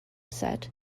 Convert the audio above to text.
set